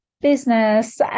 business